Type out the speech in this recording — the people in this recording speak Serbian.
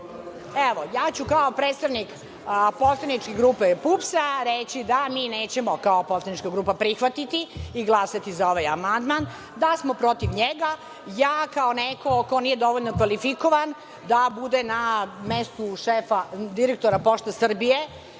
Ja ću kao predstavnik Poslaničke grupe PUPS reći da mi nećemo kao Poslanička grupa prihvatiti i glasati za ovaj amandman, da smo protiv njega. Ja, kao neko ko nije dovoljno kvalifikovan da bude na mestu direktora Pošta Srbije,